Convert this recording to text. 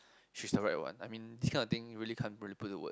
she's the right one I mean this kind of thing you really can't put put to words